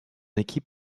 équipe